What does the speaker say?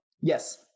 Yes